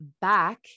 back